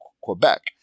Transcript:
Quebec